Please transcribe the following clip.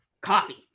coffee